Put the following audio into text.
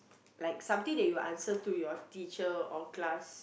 like something you answer to like your teacher or your class